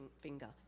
finger